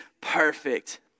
perfect